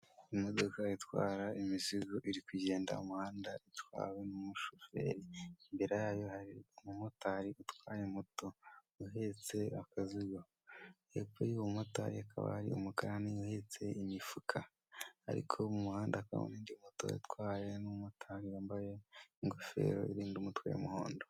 Imodoka itwara imizigo iri kugenda mumuhanda itwawe n'umushoferi imbere yaho hari umumotari utwaye moto uhetse akazigo, hepfo yuwo mumotari hakaba hari umukarani uhetse imifuka, ariko mumuhanda hakaba harimo indi moto itwawe n'umumotari wambaye ingofero irinda umutwe y'umuhondo.